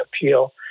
appeal